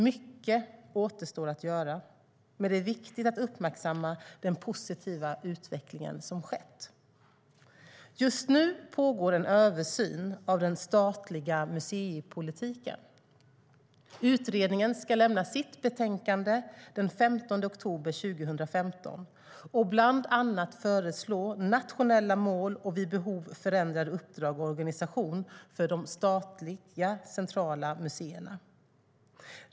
Mycket återstår att göra, men det är viktigt att uppmärksamma den positiva utveckling som skett. Just nu pågår en översyn av den statliga museipolitiken. Utredningen ska lämna sitt betänkande den 15 oktober 2015 och bland annat föreslå nationella mål och vid behov förändrade uppdrag och organisation för de statliga centrala museerna.